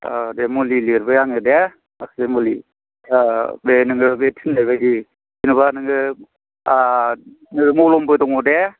दे मुलि लिरबाय आङो दे बाख्रि मुलि बे नोङो बे थिननाय बायदि जेनेबा नोङो नैबे मलमबो दङ दे